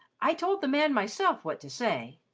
i told the man myself what to say.